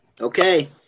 Okay